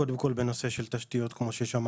קודם כל, מדובר בנושא של תשתיות, כמו ששמענו,